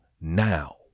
now